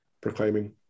proclaiming